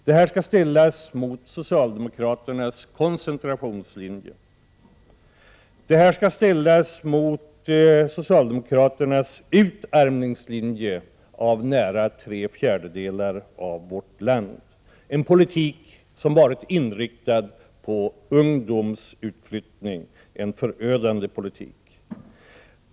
Det skall ställas mot socialdemokraternas koncentrationslinje och mot deras utarmningslinje, vad gäller nära tre fjärdedelar av vårt land, en politik som varit inriktad på ungdomsutflyttning, en förödande politik.